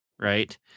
Right